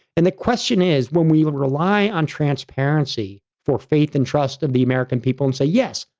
and the question is when we will rely on transparency for faith and trust of the american people and say, yes,